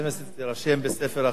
התשע"ב 2012, תירשם בספר החוקים.